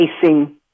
facing